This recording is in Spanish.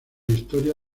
historia